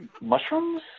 mushrooms